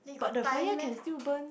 but the fire can still burn